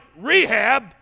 Rehab